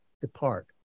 depart